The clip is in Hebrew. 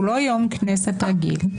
שהוא לא יום כנסת רגיל,